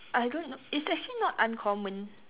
I don't know it's actually not uncommon